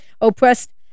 oppressed